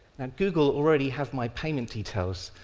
and google already have my payment details,